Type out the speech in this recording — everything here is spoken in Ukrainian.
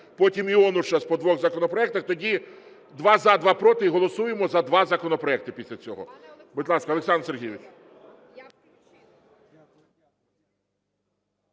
потім Іонушас – по двох законопроектах, тоді два – за, два – проти, і голосуємо за два законопроекти після цього. Будь ласка, Олександр Сергійович.